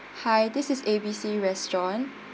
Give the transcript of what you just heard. hi this is A_B_C restaurant